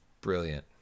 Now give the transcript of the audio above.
Brilliant